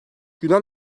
yunan